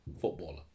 footballer